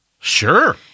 sure